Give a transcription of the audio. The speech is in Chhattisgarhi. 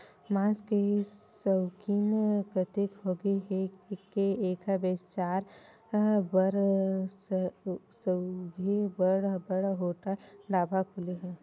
मांस के सउकिन अतेक होगे हे के एखर बेचाए बर सउघे बड़ बड़ होटल, ढाबा खुले हे